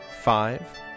Five